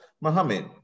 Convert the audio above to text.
Mohammed